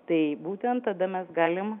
tai būtent tada mes galim